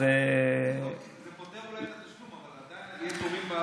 זה אולי פותר את התשלום, אבל עדיין יהיו תורים,